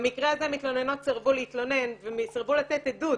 במקרה הזה מתלוננות סירבו להתלונן והן סירבו לתת עדות.